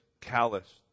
callous